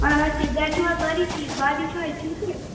اَہَن حظ ٹھیٖک گَرِ چھِوا حظ سٲری ٹھیٖک بابی چھِ حظ ٹھیٖکٕے